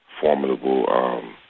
formidable